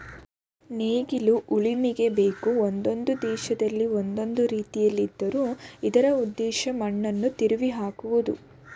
ನೇಗಿಲು ಉಳುಮೆಗೆ ಬೇಕು ಒಂದೊಂದು ದೇಶದಲ್ಲಿ ಒಂದೊಂದು ರೀತಿಲಿದ್ದರೂ ಇದರ ಉದ್ದೇಶ ಮಣ್ಣನ್ನು ತಿರುವಿಹಾಕುವುದು